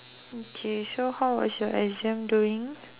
okay so how was your exam doing